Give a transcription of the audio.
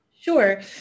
Sure